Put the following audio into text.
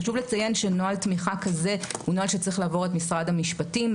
חשוב לציין שנוהל תמיכה כזה הוא נוהל שצריך לעבור את משרד המשפטים,